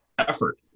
effort